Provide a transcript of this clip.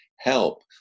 Help